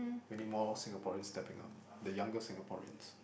we need more Singaporeans stepping up the younger Singaporeans